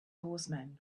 horsemen